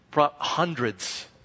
Hundreds